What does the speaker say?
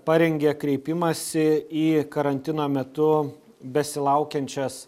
parengė kreipimąsi į karantino metu besilaukiančias